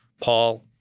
Paul